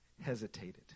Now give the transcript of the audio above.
hesitated